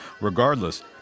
Regardless